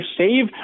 save